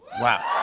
wow!